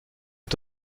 est